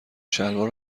شلوار